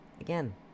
again